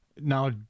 Now